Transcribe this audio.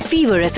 Fever